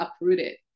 uprooted